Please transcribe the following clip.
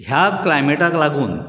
ह्या क्लायमेटाक लागून